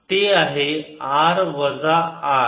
ते आहे r वजा R